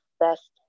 best